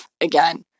again